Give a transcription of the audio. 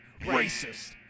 racist